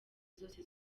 zose